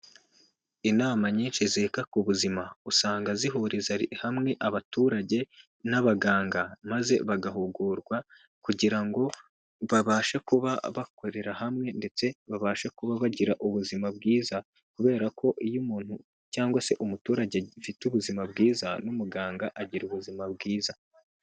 Inama nyinshi zita ku buzima usanga zihuriza hamwe abaturage n'abaganga maze bagahugurwa kugira ngo babashe kuba bakorera hamwe ndetse babashe kuba bagira ubuzima bwiza kubera ko iyo umuntu cyangwa se umuturage agifite ubuzima bwiza n'umuganga agira ubuzima bwiza.